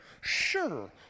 sure